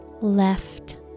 Left